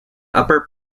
upper